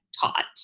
taught